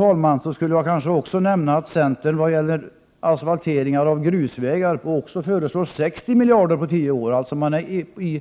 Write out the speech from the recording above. Kanske borde jag också nämna att centern vad gäller asfalteringar av grusvägar föreslår 60 miljarder kronor under en tioårsperiod. Centern är